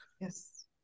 Yes